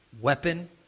weapon